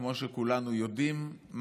כמו שכולנו יודעים,